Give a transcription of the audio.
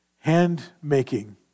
hand-making